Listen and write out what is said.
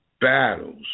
battles